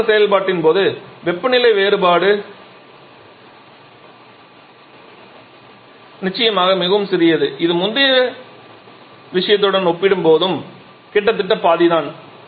கட்ட மாற்ற செயல்பாட்டின் போது வெப்பநிலை வேறுபாடு நிச்சயமாக மிகவும் சிறியது இது முந்தைய விஷயத்தில ஒப்பிடும்போது கிட்டத்தட்ட பாதி தான்